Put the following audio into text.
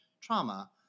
trauma